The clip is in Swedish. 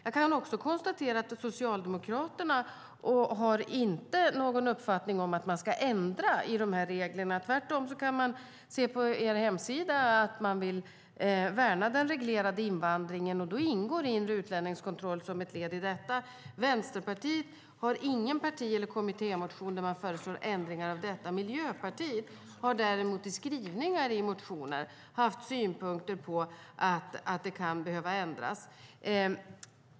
Jag kan också konstatera att Socialdemokraterna inte har någon uppfattning att man ska ändra i reglerna. Tvärtom kan man se på er hemsida att ni vill värna den reglerade invandringen, och inre utlänningskontroll ingår som ett led i det. Vänsterpartiet har ingen parti eller kommittémotion där man föreslår ändringar av detta. Miljöpartiet har däremot i skrivningar i motioner haft synpunkter på att det kan behöva ändras.